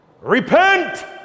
Repent